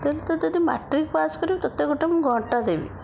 କହିଲେ ଯଦି ତୁ ଯଦି ମାଟ୍ରିକ ପାସ୍ କରିବୁ ତୋତେ ମୁଁ ଗୋଟିଏ ଘଣ୍ଟା ଦେବି